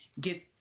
get